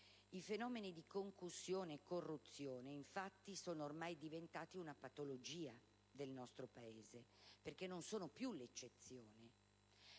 I fenomeni di concussione e corruzione, infatti, sono ormai diventati una patologia del nostro Paese perché non sono più l'eccezione.